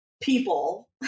people